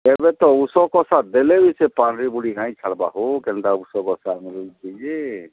ଏବେ ତ ଓଷ କଷା ଦେଲେ ବି ସେ ପାର୍ଲି ମୁଣ୍ଡି ନାହିଁ ଛାଡ଼ବା ହୋ କେନ୍ତା ଓଷ କସା କି